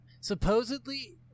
supposedly